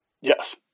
Yes